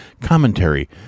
commentary